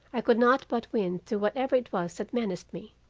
i could not but win through whatever it was that menaced me.